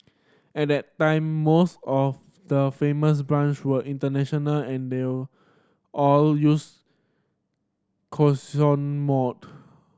at that time most of the famous brands were international and they all used mode